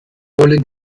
wollen